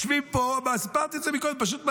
יושבים פה, סיפרתי את זה קודם, פשוט מדהים.